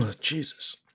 Jesus